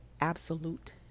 absolute